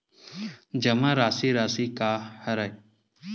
जमा राशि राशि का हरय?